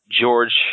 George